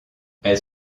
elles